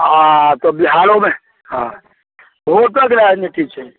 हँ तऽ बिहारोमे हँ भोटक राजनीति छै